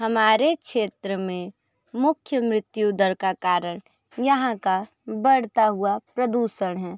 हमारे क्षेत्र में मुख्य मृत्यु दर का कारण यहाँ का बढ़ता हुआ प्रदूषण है